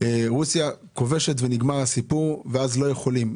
רוסיה כובשת ונגמר הסיפור ואז לא יכולים,